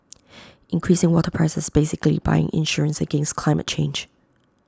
increasing water prices is basically buying insurance against climate change